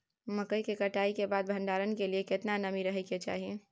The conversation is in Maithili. मकई के कटाई के बाद भंडारन के लिए केतना नमी रहै के चाही?